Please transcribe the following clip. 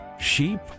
sheep